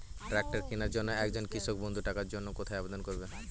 Tractor কিনার জন্য একজন কৃষক বন্ধু টাকার জন্য কোথায় আবেদন করবে?